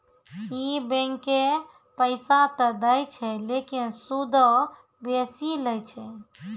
इ बैंकें पैसा त दै छै लेकिन सूदो बेसी लै छै